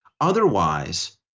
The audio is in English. Otherwise